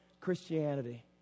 Christianity